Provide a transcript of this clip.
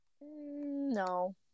No